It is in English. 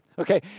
Okay